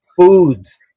foods